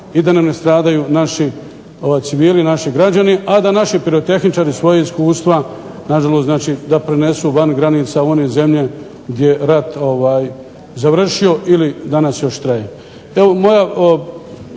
da nam ne stradaju civili, naši građani, a da naši pirotehničari svoja iskustva nažalost znači prenesu van granica u one zemlje gdje je rat završio ili danas još traje.